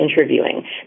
interviewing